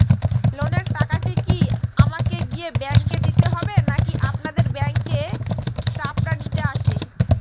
লোনের টাকাটি কি আমাকে গিয়ে ব্যাংক এ দিতে হবে নাকি আপনাদের ব্যাংক এর স্টাফরা নিতে আসে?